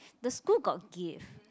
the school got give